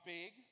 big